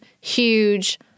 huge